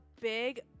big